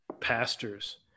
pastors